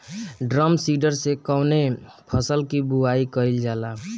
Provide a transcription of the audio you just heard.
Drum seeder से कवने फसल कि बुआई कयील जाला?